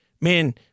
man